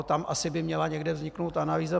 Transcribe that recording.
Tam asi by měla někde vzniknout analýza.